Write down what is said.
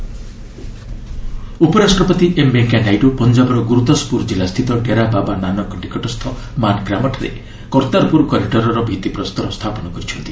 VP Kartarpur ଉପରାଷ୍ଟ୍ରପତି M Venkaiah Naidu ପଞ୍ଜାବର ଗୁରୁଦାସପୁର ଜିଲ୍ଲାସ୍ଥିତ ଡେରା ବାବା ନାନକ ନିକଟସ୍ଥ ମାନ୍ ଗ୍ରାମଠାରେ କର୍ତ୍ତାରପୁର କରିଡର୍ର ଭିତ୍ତିପ୍ରସ୍ତର ସ୍ଥାପନ କରିଛନ୍ତି